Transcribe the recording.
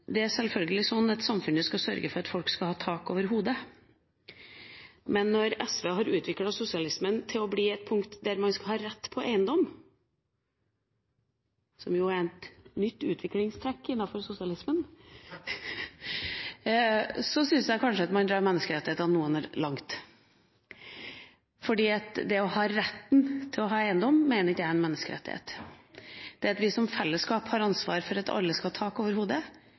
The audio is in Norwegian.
Det er selvfølgelig sånn at samfunnet skal sørge for at folk skal ha tak over hodet, men når SV har utviklet sosialismen til å bli et punkt der man skal ha rett til eiendom – som jo er et nytt utviklingstrekk innenfor sosialismen – syns jeg kanskje at man drar menneskerettighetene noe langt. For det å ha rett til å ha eiendom mener ikke jeg er en menneskerettighet, men at vi har ansvar for at alle skal ha tak